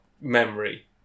memory